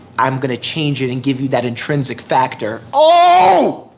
i'm gonna change it and give you that intrinsic factor. oh!